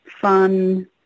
fun